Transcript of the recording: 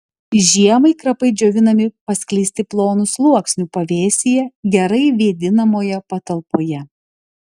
žiemai krapai džiovinami paskleisti plonu sluoksniu pavėsyje gerai vėdinamoje patalpoje